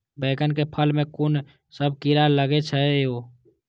बैंगन के फल में कुन सब कीरा लगै छै यो?